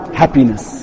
happiness